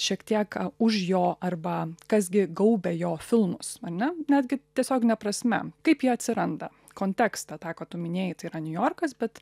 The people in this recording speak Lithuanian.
šiek tiek a už jo arba kas gi gaubia jo filmus ar ne netgi tiesiogine prasme kaip jie atsiranda kontekstą tą ką tu minėjai tai yra niujorkas bet